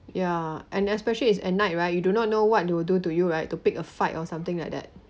ya and especially is at night right you do not know what they will do to you right to pick a fight or something like that